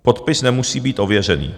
Podpis nemusí být ověřený.